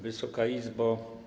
Wysoka Izbo!